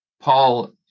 Paul